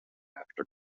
after